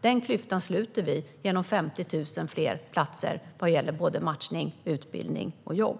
Denna klyfta sluter vi genom 50 000 fler platser när det gäller såväl matchning och utbildning som jobb.